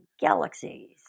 galaxies